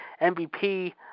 MVP